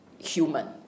human